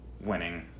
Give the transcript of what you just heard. winning